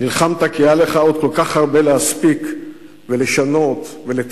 נלחמת כי היה לך עוד כל כך הרבה להספיק ולשנות ולתקן,